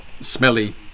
smelly